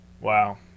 Wow